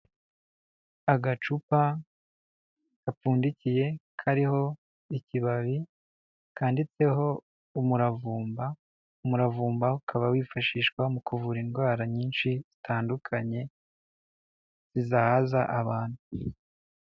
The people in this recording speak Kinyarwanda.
Agacupa gapfundikiye kariho ikibabi kanditseho umuravumba, umuravumba ukaba wifashishwa mu kuvura indwara nyinshi zitandukanye zizahaza abantu.